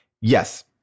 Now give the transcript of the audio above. yes